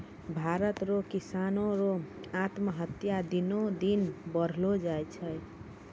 भारत रो किसानो रो आत्महत्या दिनो दिन बढ़लो जाय छै